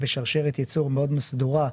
בשרשרת ייצור מאד סדורה,